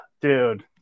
dude